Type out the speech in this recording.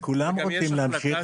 גם יש --- כולם רוצים להמשיך,